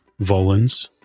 Volans